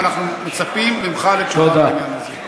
ואנחנו מצפים ממך לתשובה בעניין הזה.